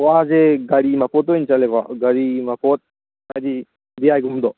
ꯋꯥꯁꯦ ꯒꯥꯔꯤ ꯃꯄꯣꯠꯇ ꯑꯣꯏ ꯆꯠꯂꯦꯀꯣ ꯒꯥꯔꯤ ꯃꯄꯣꯠ ꯍꯥꯏꯗꯤ ꯗꯤ ꯑꯥꯏꯒꯨꯝꯕꯗꯣ